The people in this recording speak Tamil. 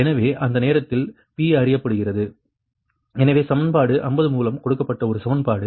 எனவே அந்த நேரத்தில் P அறியப்படுகிறது எனவே சமன்பாடு 50 மூலம் கொடுக்கப்பட்ட ஒரு சமன்பாடு